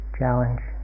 challenge